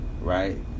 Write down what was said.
right